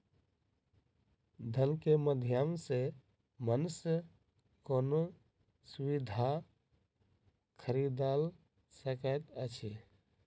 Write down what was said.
धन के माध्यम सॅ मनुष्य कोनो सुविधा खरीदल सकैत अछि